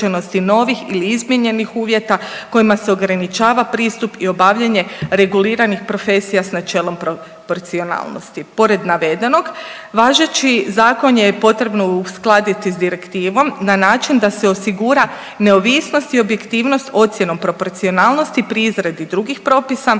novih ili izmijenjenih uvjeta kojima se ograničava pristup i obavljanje reguliranih profesija sa načelom proporcionalnosti. Pored navedenog važeći zakon je potrebno uskladiti sa direktivom na način da se osigura neovisnost i objektivnost ocjenom proporcionalnosti pri izradi drugih propisa